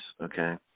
okay